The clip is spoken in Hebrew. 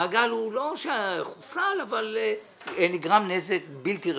המעגל, לא שהוא חוסל אבל נגרם נזק בלתי רגיל.